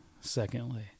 secondly